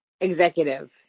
Executive